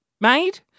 made